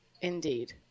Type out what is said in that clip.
Indeed